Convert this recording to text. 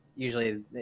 Usually